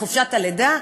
לחופשת הלידה.